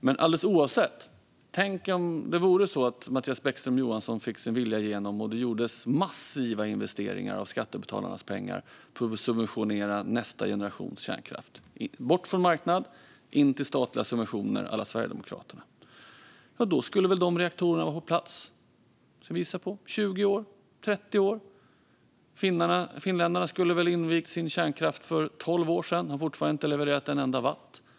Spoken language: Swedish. Men tänk om Mattias Bäckström Johansson alldeles oavsett detta fick sin vilja igenom och det gjordes massiva investeringar med skattebetalarnas pengar i att subventionera nästa generations kärnkraft - från marknad till statliga subventioner à la Sverigedemokraterna. Då skulle väl de reaktorerna vara på plats om, gissningsvis, 20 eller 30 år. Finländarna skulle väl ha invigt sin kärnkraft för 12 år sedan, men den har fortfarande inte levererat en enda watt.